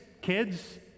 kids